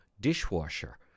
dishwasher